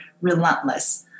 relentless